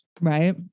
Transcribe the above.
Right